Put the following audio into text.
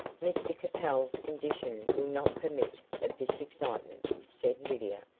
mr capel's condition will not permit of this excitement, said lydia,